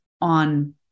on